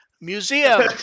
Museum